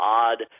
odd